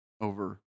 over